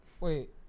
Wait